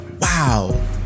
wow